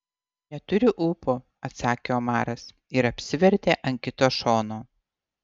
neturiu ūpo atsakė omaras ir apsivertė ant kito šono